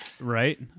Right